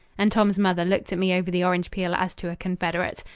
and tom's mother looked at me over the orange-peel as to a confederate.